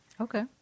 Okay